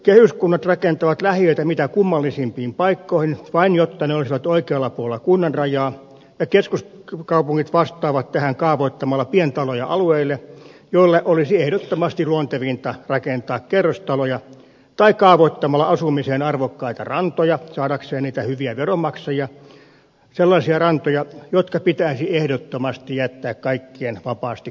kehyskunnat rakentavat lähiöitä mitä kummallisimpiin paikkoihin vain jotta ne olisivat oikealla puolella kunnan rajaa ja keskuskaupungit vastaavat tähän kaavoittamalla pientaloja alueille joille olisi ehdottomasti luontevinta rakentaa kerrostaloja tai kaavoittamalla asumiseen arvokkaita rantoja saadakseen niitä hyviä veronmaksajia sellaisia rantoja jotka pitäisi ehdottomasti jättää kaikkien vapaasti käytettäviksi